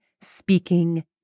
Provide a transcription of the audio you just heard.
speaking